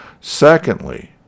Secondly